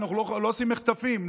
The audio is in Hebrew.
אנחנו לא עושים מחטפים.